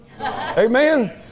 Amen